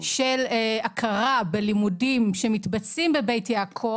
של הכרה בלימודים שמתבצעים בבית יעקב,